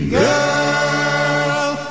girl